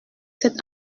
cette